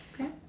Okay